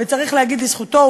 וצריך להגיד לזכותו,